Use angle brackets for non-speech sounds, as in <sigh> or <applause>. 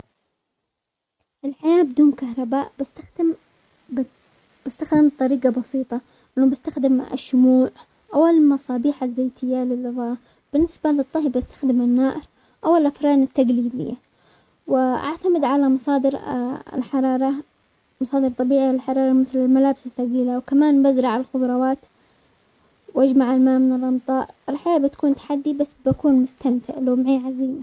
الحياة بدون كهرباء بستخدم- بستخدم طريقة بسيطة انه بستخدم الشموع او المصابيح الزيتية للغة، بالنسبة للطهي يستخدم الماء او الافران التقليدية، واعتمد على مصادر <hesitation> الحرارة مصادر طبيعية للحرارة مثل الملابس الثقيلة ،وكمان بزرع الخضروات واجمع الماء من الامطار، الحياة بتكون تحدي بس بكون مستمتع لو معي عزيمة.